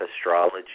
astrology